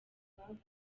rwanda